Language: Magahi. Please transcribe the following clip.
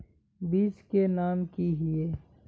बीज के नाम की हिये?